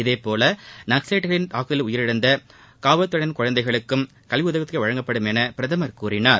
இதேபோல நக்ஸவைட்டுகளின் தாக்குதலில் உயிரிழந்த காவல்துறையினரின் குழந்தைகளுக்கும் கல்வி உதவித்தொகை வழங்கப்படும் என பிரதமர் கூறினார்